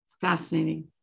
Fascinating